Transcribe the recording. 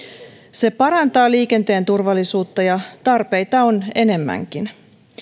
se parantaa liikenteen turvallisuutta tarpeita on enemmänkin